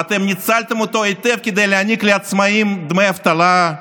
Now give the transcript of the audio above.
ואתם ניצלתם אותו היטב כדי להעניק לעצמאים דמי אבטלה,